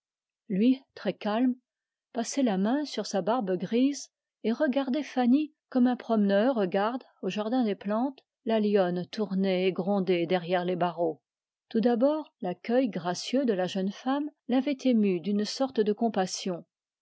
garde forgerus passait la main sur sa barbe grise et contemplait fanny comme un promeneur regarde au jardin des plantes la lionne tourner et gronder derrière les barreaux tout d'abord l'accueil gracieux de la jeune femme l'avait ému de compassion